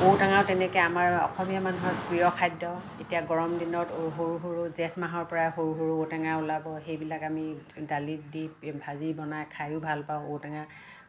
ঔ টেঙাও তেনেকে আমাৰ অসমীয়া মানুহৰ প্ৰিয় খাদ্য এতিয়া গৰম দিনত সৰু সৰু জেঠ মাহৰপৰাই সৰু সৰু ঔটেঙা ওলাব সেইবিলাক আমি দালিত দি ভাজি বনাই খায়ো ভাল পাওঁ ঔটেঙা